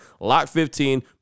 LOCK15